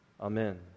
Amen